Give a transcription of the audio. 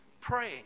praying